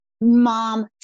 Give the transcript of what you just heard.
mom